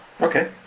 okay